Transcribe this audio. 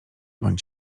bądź